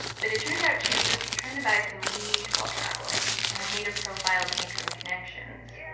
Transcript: but it turned out she was just trying to buy some weed while traveling and had made a profile to make some connections